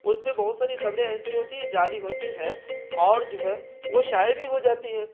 اس میں بہت ساری خبریں ایسی ہوتی ہے جعلی ہوتی ہیں اور جو ہے وہ شائع بھی ہو جاتی ہے